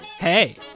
Hey